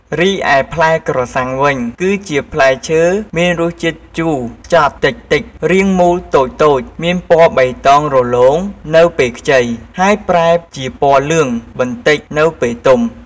រីឯផ្លែក្រសាំងវិញ គឺជាផ្លែឈើមានរសជាតិជូរចត់តិចៗ រាងមូលតូចៗ មានពណ៌បៃតងរលោងនៅពេលខ្ចី ហើយប្រែជាពណ៌លឿងបន្តិចនៅពេលទុំ។